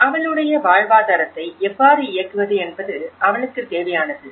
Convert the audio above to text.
அவளுடைய வாழ்வாதாரத்தை எவ்வாறு இயக்குவது என்பது அவளுக்குத் தேவையானது